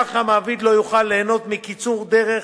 כך המעביד לא יוכל ליהנות מקיצור דרך